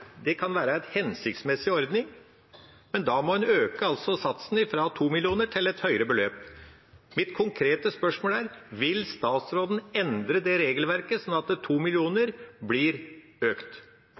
det kan være en hensiktsmessig ordning, men da må en øke satsen fra 2 mill. kr til et større beløp. Mitt konkrete spørsmål er: Vil statsråden endre det regelverket, slik at